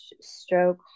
stroke